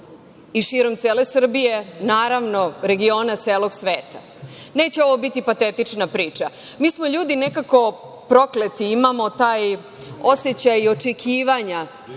i širom cele Srbije, naravno regiona celog sveta. Neće ovo biti patetična priča. Mi smo ljudi nekako prokleti. Imamo taj osećaj očekivanja,